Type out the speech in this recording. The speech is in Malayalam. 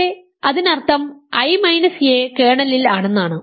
പക്ഷേ അതിനർത്ഥം i a കേർണലിൽ ആണെന്നാണ്